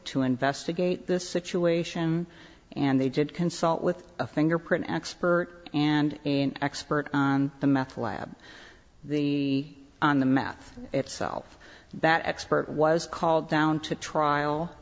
to investigate this situation and they did consult with a fingerprint expert and an expert on the meth lab the on the math itself that expert was called down to t